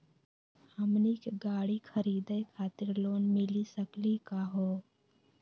हमनी के गाड़ी खरीदै खातिर लोन मिली सकली का हो?